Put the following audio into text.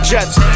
Jets